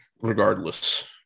regardless